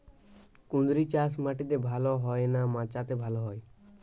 কুঁদরি চাষ মাটিতে ভালো হয় না মাচাতে ভালো হয়?